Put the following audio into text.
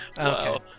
Okay